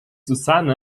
susanne